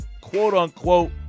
quote-unquote